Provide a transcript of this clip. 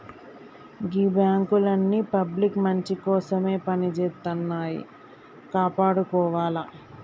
గీ బాంకులన్నీ పబ్లిక్ మంచికోసమే పనిజేత్తన్నయ్, కాపాడుకోవాల